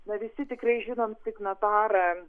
na visi tikrai žinom signatarą